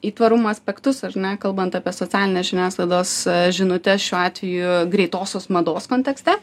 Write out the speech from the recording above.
į tvarumo aspektus ar ne kalbant apie socialinės žiniasklaidos žinutes šiuo atveju greitosios mados kontekste